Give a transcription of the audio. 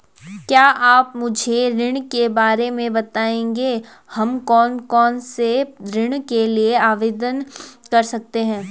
क्या आप मुझे ऋण के बारे में बताएँगे हम कौन कौनसे ऋण के लिए आवेदन कर सकते हैं?